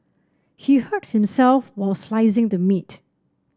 he hurt himself while slicing the meat